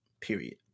period